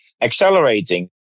accelerating